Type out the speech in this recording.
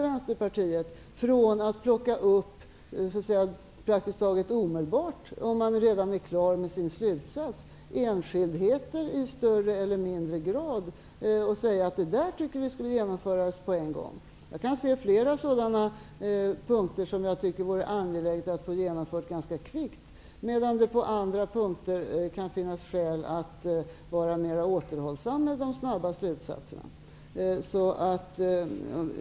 Vänsterpartiet, att praktiskt taget omedelbart, om man redan är klar med sin slutsats, plocka upp enskildheter i högre eller lägre grad och säga att man tycker att något skall genomföras på en gång. Jag kan se flera sådana punkter som jag tycker vore angelägna att få genomförda ganska kvickt. Medan det på andra punkter kan finnas skäl att vara mer återhållsam med de snabba slutsatserna.